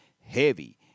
Heavy